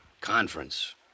Conference